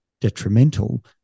detrimental